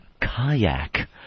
kayak